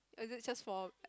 or it is just for